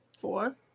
four